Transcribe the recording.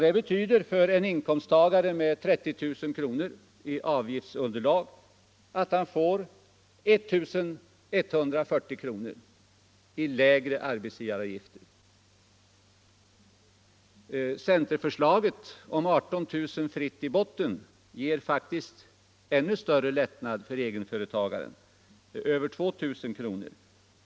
Det betyder att en inkomsttagare med 30 000 kr. i avgiftsunderlag får 1 140 kr. lägre arbetsgivaravgift. Centerförslaget om 18 000 kr. fritt i botten ger faktiskt ännu större lättnad för egenföretagare — över 2000 kr.